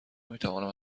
نمیتوانم